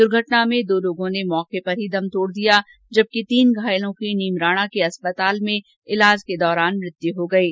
द्र्घटना में दो लोगों ने मौके पर ही दम तोड़ दिया जबकि तीन घायलों की नीमराणा के अस्पताल में इलाज के दौरान मृत्य हो गयी